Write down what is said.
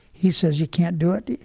he says you can't do it.